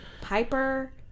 Piper